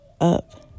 up